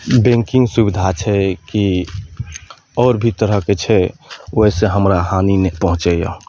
banking सुबिधा छै की आओर भी तरहके छै ओहिसॅं हमरा हानि नहि पहुँचैया